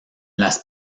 las